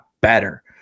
better